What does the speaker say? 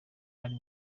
bari